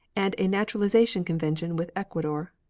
and a naturalization convention with ecuador.